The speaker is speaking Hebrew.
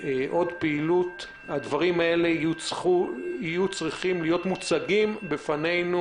הדברים הללו יהיו צריכים להיות מוצגים בפנינו